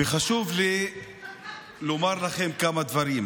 וחשוב לי לומר לכם כמה דברים.